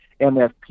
MFP